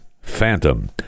Phantom